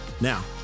Now